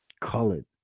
Colored